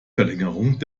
verlängerung